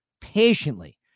patiently